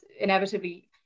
inevitably